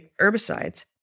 herbicides